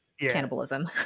cannibalism